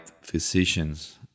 physicians